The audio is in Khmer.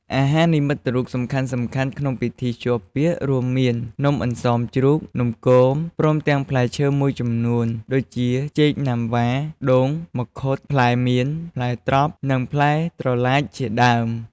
អាហារនិមិត្តរូបសំខាន់ៗក្នុងពិធីភ្ជាប់ពាក្យ រួមមាន៖ នំអន្សមជ្រូក នំគម ព្រមទាំងផ្លែឈើមួយចំនួន ដូចជាចេកណាំវ៉ា ដូង មង្ឃុត ផ្លែមាន ផ្លែត្រប់ និងផ្លែត្រឡាចជាដើម។